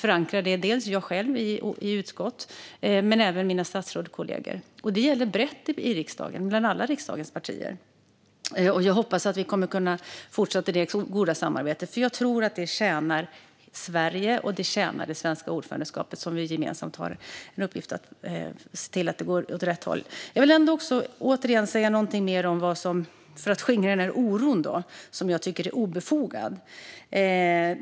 Det handlar dels om att jag själv kan göra det i utskott, dels att mina statsrådskollegor kan göra det. Det gäller brett i riksdagen, bland alla riksdagens partier. Jag hoppas att vi kommer att kunna fortsätta det goda samarbetet, för jag tror att det tjänar Sverige. Det tjänar också det svenska ordförandeskapet, för det är vår gemensamma uppgift att se till att det går åt rätt håll. Jag vill säga något mer för att skingra den oro som jag tycker är obefogad.